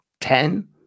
Ten